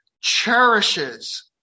Cherishes